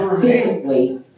physically